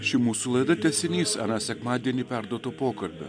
ši mūsų laida tęsinys aną sekmadienį perduoto pokalbio